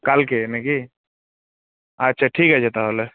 কালকে না কি আচ্ছা ঠিক আছে তাহলে